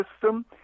system